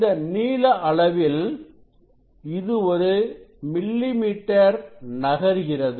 இந்த நீள அளவில் இது ஒரு மில்லி மீட்டர் நகர்கிறது